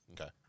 Okay